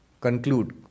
conclude